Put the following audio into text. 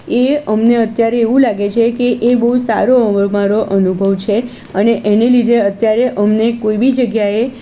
એ અમને અત્યારે એવું લાગે છે કે એ બહુ સારો મારો અનુભવ છે અને એને લીધે અત્યારે અમને કોઈ બી જગ્યાએ